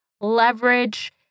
leverage